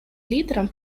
лидерам